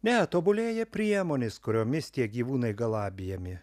ne tobulėja priemonės kuriomis tie gyvūnai galabijami